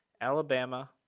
Alabama